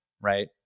right